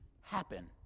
happen